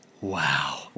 Wow